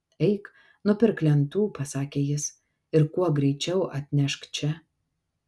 eik nupirk lentų pasakė jis ir kuo greičiau atnešk čia